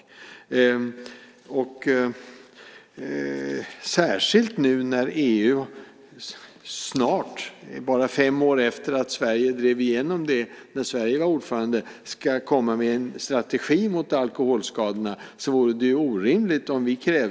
Det vore orimligt om vi krävde att USA ska skaffa sig ökade alkoholskador, särskilt nu när EU snart, bara fem år efter att Sverige drev igenom det när Sverige var ordförande, ska komma med en strategi mot alkoholskadorna.